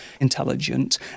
intelligent